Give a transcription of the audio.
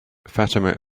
fatima